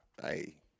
hey